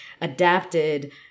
adapted